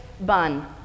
bun